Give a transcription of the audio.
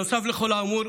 נוסף לכל האמור,